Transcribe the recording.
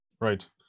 Right